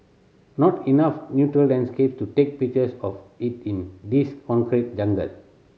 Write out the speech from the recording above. not enough natural landscape to take pictures of it in this concrete jungle